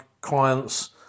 clients